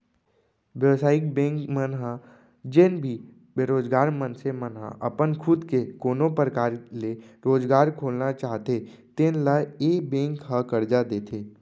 बेवसायिक बेंक मन ह जेन भी बेरोजगार मनसे मन ह अपन खुद के कोनो परकार ले रोजगार खोलना चाहते तेन ल ए बेंक ह करजा देथे